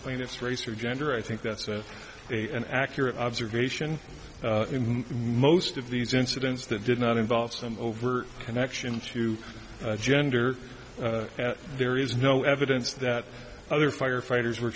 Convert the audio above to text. plaintiff's race or gender i think that's a an accurate observation most of these incidents that did not involve some overt connection to gender and there is no evidence that other firefighters were